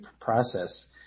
process